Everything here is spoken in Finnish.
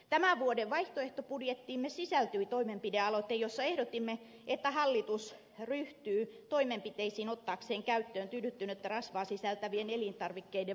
tämän vuoden vaihtoehtobudjettiimme sisältyi toimenpidealoite jossa ehdotimme että hallitus ryhtyy toimenpiteisiin ottaakseen käyttöön tyydyttynyttä rasvaa sisältävien elintarvikkeiden valmisteveron